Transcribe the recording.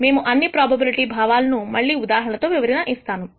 మేము అన్ని ప్రోబబిలిటీ భావాలను మళ్లీ ఉదాహరణతో వివరణ ఇస్తాము